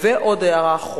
עוד הערה,